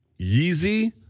Yeezy